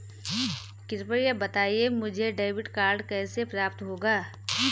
कृपया बताएँ मुझे डेबिट कार्ड कैसे प्राप्त होगा?